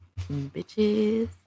bitches